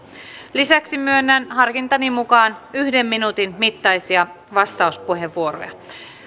lisäksi myönnän harkintani mukaan yhden minuutin mittaisia vastauspuheenvuoroja